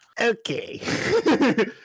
Okay